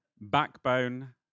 backbone